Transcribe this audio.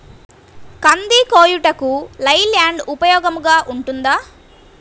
కంది కోయుటకు Leyland ఉపయోగముగా ఉంటుందా?